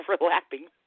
overlapping